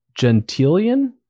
gentilian